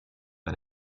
bei